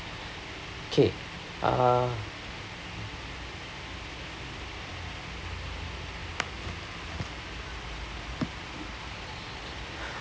okay uh